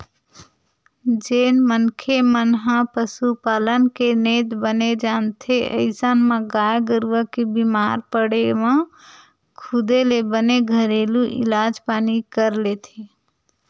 जेन मनखे मन ह पसुपालन के नेत बने जानथे अइसन म गाय गरुवा के बीमार पड़े म खुदे ले बने घरेलू इलाज पानी कर लेथे